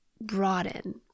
broaden